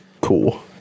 Cool